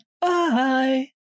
Bye